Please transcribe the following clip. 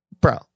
bro